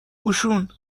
اوشون